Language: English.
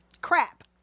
crap